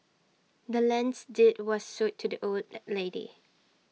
the land's deed was sold to the old lady